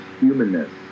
humanness